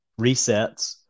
resets